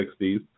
1960s